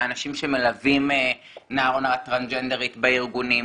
האנשים שמלווים נער או נערה טרנסג'נדרית בארגונים.